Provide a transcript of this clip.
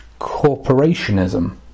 corporationism